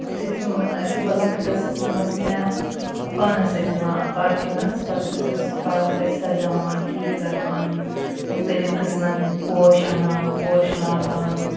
یِتھُے تِم یِتھُے بہٕ لۄکٕٹۍ ٲسِس تِم ٲسۍ مےٚ پانَس سۭتۍ نِوان پارکہِ مَنٛز پَتہٕ ٲسۍ أسۍ پارک ٲسۍ سَجاوان ٹھیٖک کَران مُختَلِف قٕسمَن ہٕنٛدۍ پوش اَنان پوش لاگان